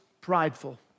prideful